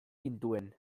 gintuen